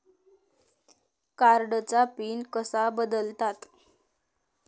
कार्डचा पिन कसा बदलतात?